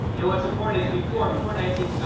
and what's important is before before nineteen.